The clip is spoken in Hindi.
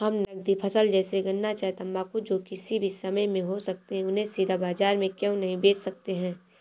हम नगदी फसल जैसे गन्ना चाय तंबाकू जो किसी भी समय में हो सकते हैं उन्हें सीधा बाजार में क्यो नहीं बेच सकते हैं?